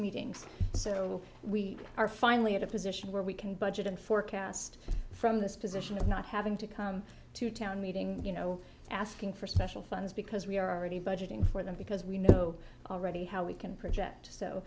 meetings so we are finally at a position where we can budget and forecast from this position of not having to come to town meeting you know asking for special funds because we are already budgeting for them because we know already how we can project so